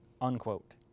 unquote